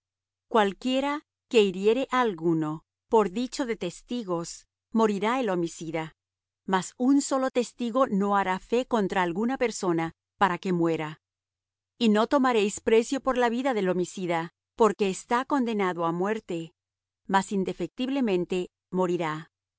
cualquiera que hiriere á alguno por dicho de testigos morirá el homicida mas un solo testigo no hará fé contra alguna persona para que muera y no tomaréis precio por la vida del homicida porque está condenado á muerte mas indefectiblemente morirá